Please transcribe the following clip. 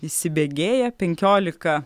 įsibėgėja penkiolika